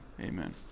amen